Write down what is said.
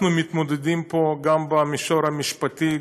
אנחנו מתמודדים פה גם במישור המשפטי,